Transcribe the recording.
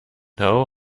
now